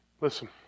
Listen